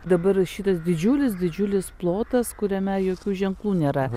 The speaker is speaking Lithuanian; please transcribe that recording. dabar šitas didžiulis didžiulis plotas kuriame jokių ženklų nėra